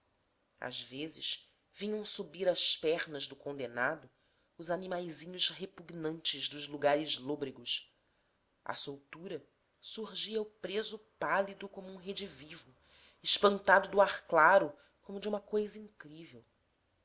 às vezes vinham subir às pernas do condenado os animaizinhos repugnantes dos lugares lôbregos à soltura surgia o preso pálido como um redivivo espantado do ar claro como de uma coisa incrível